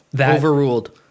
Overruled